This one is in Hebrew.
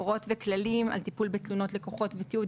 הוראות וכללים על טיפול בתלונות לקוחות ותיעוד